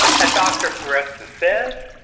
as doctor foresta says,